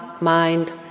mind